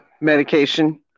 medication